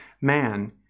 man